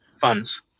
funds